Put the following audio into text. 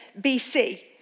BC